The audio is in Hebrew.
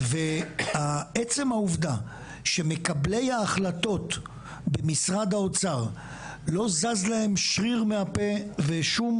ועצם העובדה שמקבלי ההחלטות במשרד האוצר לא זז להם שריר מהפה ושום